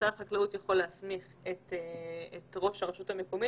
שר החקלאות יכול להסמיך את ראש הרשות המקומית